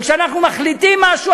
וכשאנחנו מחליטים משהו,